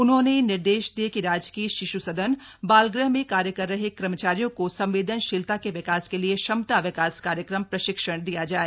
उन्होंने निर्देश दिये कि राजकीय शिश् सदन बालगृह मे कार्य कर रहे कर्मचारियों को संवेदनशीलता के विकास के लिए क्षमता विकास कार्यक्रम प्रशिक्षण दिया जाए